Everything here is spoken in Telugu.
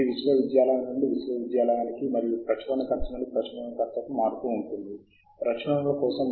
మీ సాహిత్య శోధనా సమాచారాన్ని నిర్వహించడానికి రిఫరెన్స్ మేనేజర్ను ఉపయోగించడం వల్ల ఇతర ప్రయోజనాలు ఏమిటి